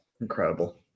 Incredible